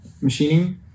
machining